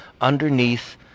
underneath